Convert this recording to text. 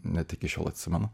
net iki šiol atsimenu